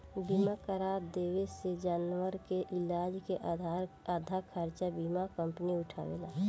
बीमा करा देवे से जानवर के इलाज के आधा खर्चा बीमा कंपनी उठावेला